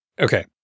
Okay